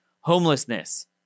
homelessness